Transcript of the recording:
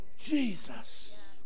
Jesus